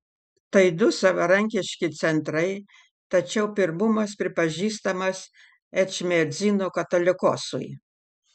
tai du savarankiški centrai tačiau pirmumas pripažįstamas ečmiadzino katolikosui